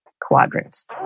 quadrants